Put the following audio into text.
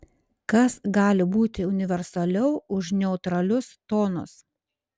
kas gali būti universaliau už neutralius tonus